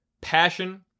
passion